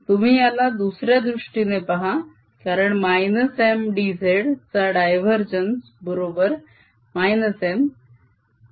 तुम्ही याला दुसऱ्या दृष्टीने पहा कारण -M d z चा डायवरजेन्स बरोबर -M